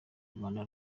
rwanda